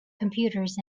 computers